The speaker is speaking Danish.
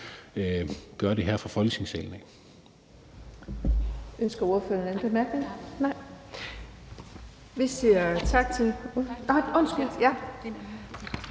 gøre det her fra Folketingssalen.